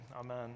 Amen